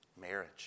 marriage